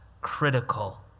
critical